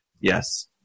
Yes